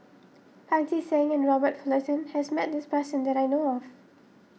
Pancy Seng and Robert Fullerton has met this person that I know of